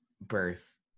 birth